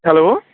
hello